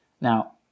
Now